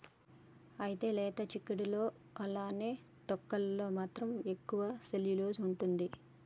అయితే లేత సిక్కుడులో అలానే తొక్కలలో మాత్రం తక్కువ సెల్యులోస్ ఉంటుంది